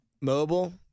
Mobile